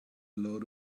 load